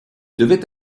devait